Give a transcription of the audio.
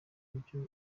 ibiryo